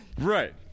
Right